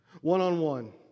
one-on-one